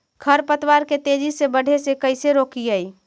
खर पतवार के तेजी से बढ़े से कैसे रोकिअइ?